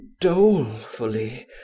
dolefully